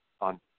on